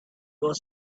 was